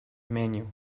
menu